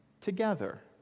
together